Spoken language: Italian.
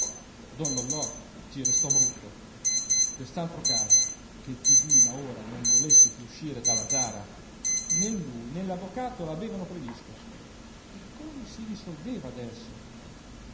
don lollò ci restò brutto quest'altro caso che zi dima ora non volesse più uscire dalla giara nè lui nè l'avvocato l'avevano previsto e come si risolveva adesso